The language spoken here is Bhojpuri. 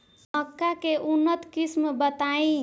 मक्का के उन्नत किस्म बताई?